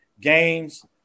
games